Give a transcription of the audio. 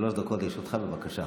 שלוש דקות לרשותך, בבקשה.